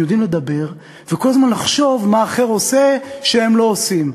הם יודעים לדבר וכל הזמן לחשוב מה האחר עושה שהם לא עושים.